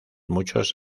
muchos